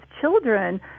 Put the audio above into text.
children